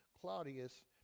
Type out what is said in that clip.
Claudius